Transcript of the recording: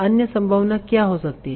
अन्य संभावनाऐ क्या हो सकती है